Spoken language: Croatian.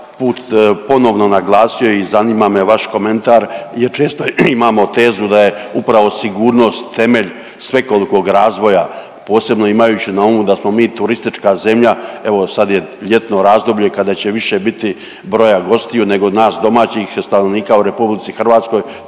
put ponovno naglasio i zanima me vaš komentar jel često imamo tezu da je upravo sigurnost temelj svekolikog razvoja, posebno imajući na umu da smo mi turistička zemlja. Evo sad je ljetno razdoblje kada će više biti broja gostiju nego nas domaćih stanovnika u RH pa